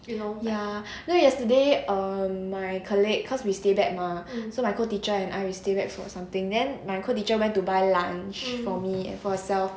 you know ya know yesterday um my colleague cause we stay back mah so my co-teacher and I will stay for something then my co-teacher went to buy lunch for me and for herself